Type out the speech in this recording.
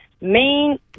main